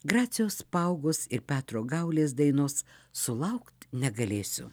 gracijos paaugos ir petro gaulės dainos sulaukt negalėsiu